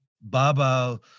baba